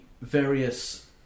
various